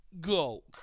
go